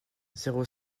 zéro